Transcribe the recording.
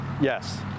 Yes